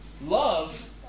Love